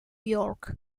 york